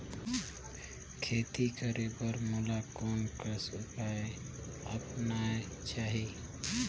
खेती करे बर मोला कोन कस उपाय अपनाये चाही?